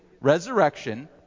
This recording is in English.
Resurrection